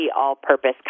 all-purpose